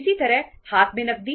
इसी तरह हाथ में नकदी